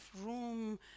room